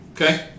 okay